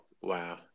Wow